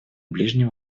ближнем